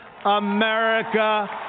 America